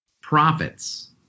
profits